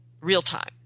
real-time